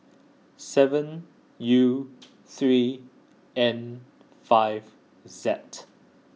seven U three N five that